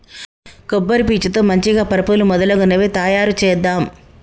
కొబ్బరి పీచు తో మంచిగ పరుపులు మొదలగునవి తాయారు చేద్దాం